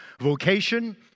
Vocation